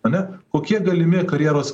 ane kokie galimi karjeros